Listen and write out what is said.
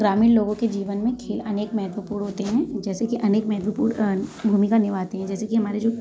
ग्रामीण लोगों के जीवन में खेल अनेक महत्वपूर्ण होते हैं जैसे कि अनेक महत्वपूर्ण अ भूमिका निभाते हैं जैसे कि हमारे जो